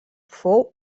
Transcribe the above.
fou